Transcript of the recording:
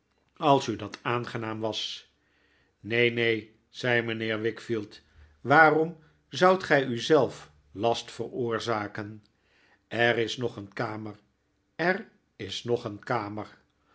als u dat aangenaam was neen neen zei mijnheer wickfield waarom zoudt gij u zelf last veroorzaken er is nog een kamer er is nog een kamer